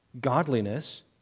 Godliness